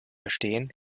verstehen